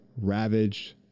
ravaged